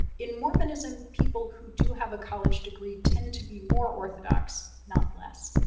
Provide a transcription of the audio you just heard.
in mormonism, people who do have a college degree tend to be more orthodox, not less.